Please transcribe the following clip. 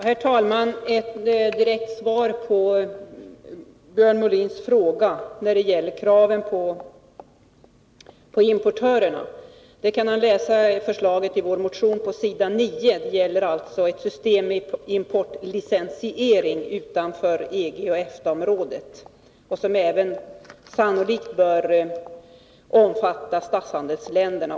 Herr talman! Ett direkt svar på Björn Molins fråga när det gäller kraven på importörerna kan han läsa i förslaget i vår motion 1607 på s. 9. Det gäller ett system med importlicensiering utanför EG och EFTA-området och som sannolikt även bör omfatta statshandelsländerna.